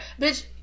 Bitch